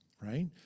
right